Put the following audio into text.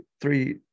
three